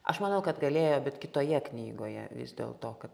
aš manau kad galėjo bet kitoje knygoje vis dėl to kad